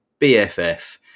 BFF